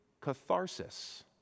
catharsis